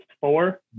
four